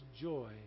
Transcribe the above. joy